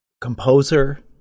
composer